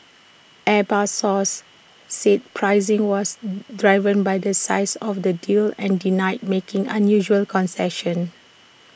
airbus sources said pricing was driven by the size of the deals and denied making unusual concessions